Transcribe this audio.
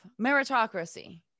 meritocracy